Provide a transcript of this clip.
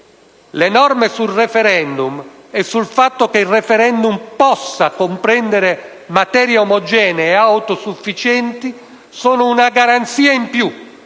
le norme sul *referendum* e sul fatto che il *referendum* possa riguardare materie omogenee e autosufficienti sono una garanzia in più